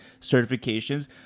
certifications